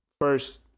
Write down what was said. first